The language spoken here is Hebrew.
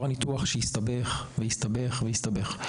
הארץ אחרי שעברה ניתוח שהסתבך והסתבך והסתבך.